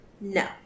No